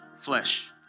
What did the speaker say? flesh